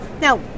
Now